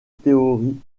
théorie